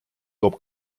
toob